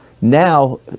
Now